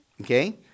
okay